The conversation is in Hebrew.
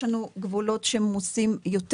יש לנו גבולות שהם עמוסים יותר.